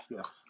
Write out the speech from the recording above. Yes